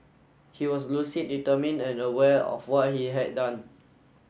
he was lucid determined and aware of what he had done